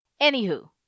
Anywho